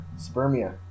spermia